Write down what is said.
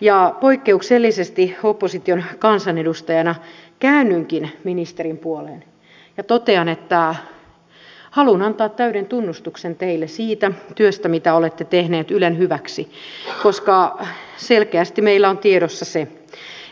ja poikkeuksellisesti opposition kansanedustajana käännynkin ministerin puoleen ja totean että haluan antaa täyden tunnustuksen teille siitä työstä mitä olette tehneet ylen hyväksi koska selkeästi meillä on tiedossa se